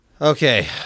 Okay